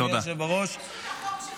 אדוני היושב בראש, תודה.